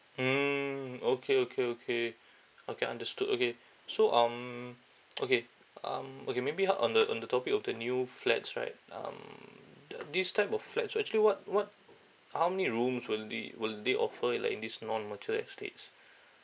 mm okay okay okay okay understood okay so um okay um okay maybe how on the on the topic of the new flats right um the this type of flats wi~ actually what what how many rooms will the will they offer it like in this non mature estates